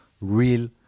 real